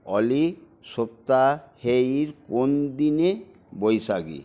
অলি সপ্তাহের কোন দিনে বৈশাখী